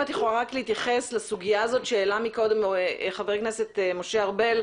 אם את יכולה רק להתייחס לסוגיה הזאת שהעלה מקודם חבר הכנסת משה ארבל,